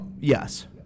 yes